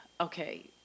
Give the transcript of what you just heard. okay